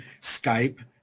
Skype